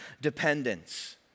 dependence